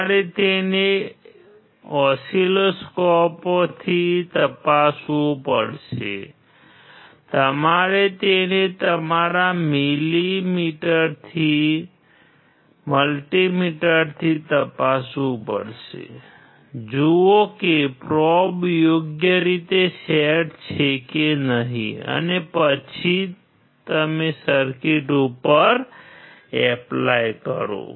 તમારે તેને ઓસિલોસ્કોપથી તપાસવું પડશે તમારે તેને તમારા મલ્ટિ મીટરથી તપાસવું પડશે જુઓ કે પ્રોબ યોગ્ય રીતે સેટ છે કે નહીં અને પછી તમે સર્કિટ ઉપર એપ્લાય કરો